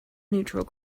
neutral